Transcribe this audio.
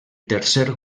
tercer